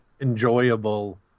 enjoyable